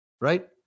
Right